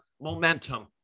momentum